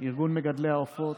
ארגון מגדלי העופות,